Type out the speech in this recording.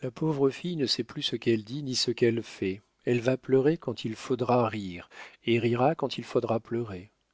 la pauvre fille ne sait plus ce qu'elle dit ni ce qu'elle fait elle va pleurer quand il faudra rire et rira quand il faudra pleurer